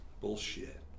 Bullshit